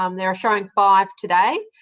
um they are showing five today.